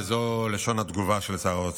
וזו לשון התגובה של שר האוצר: